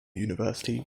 university